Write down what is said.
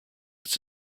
its